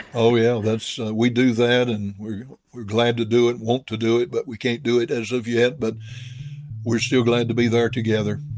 oh yeah. we do that, and we're yeah we're glad to do it, want to do it, but we can't do it as of yet. but we're still glad to be there together,